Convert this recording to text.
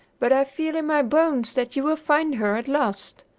but i feel in my bones that you will find her at last.